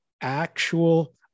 actual